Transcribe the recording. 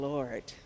Lord